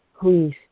please